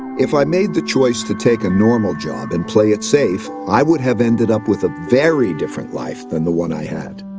if i made the choice to take a normal job and play it safe, i would have ended up with a very different life than the one i had.